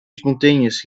spontaneous